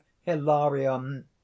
Hilarion